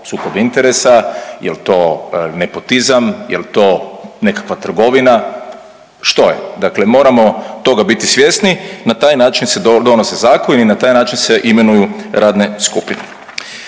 sukob interesa, jel to nepotizam, jel to nekakva trgovina, što je. Dakle, moramo toga biti svjesni. Na taj način se donose zakoni i na taj način se imenuju radne skupine.